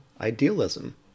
idealism